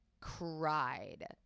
Cried